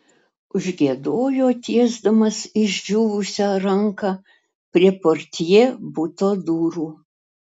užgiedojo tiesdamas išdžiūvusią ranką prie portjė buto durų